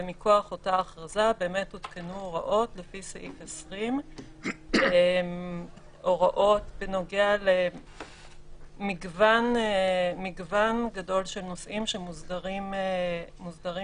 ומכוח אותה הכרזה באמת הותקנו הוראות לפי סעיף 20. הוראות בנוגע למגוון גדול של נושאים שמוסדרים כעת,